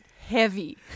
heavy